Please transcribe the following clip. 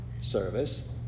service